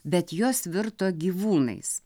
bet jos virto gyvūnais